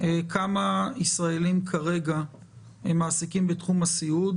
כמה ישראלים מעסיקים כרגע עובדים בתחום הסיעוד